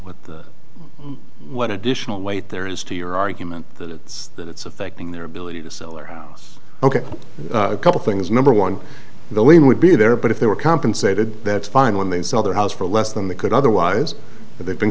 what the what additional weight there is to your argument that it's that it's affecting their ability to sell their house ok a couple things number one the lean would be there but if they were compensated that's fine when they sell their house for less than they could otherwise but they've been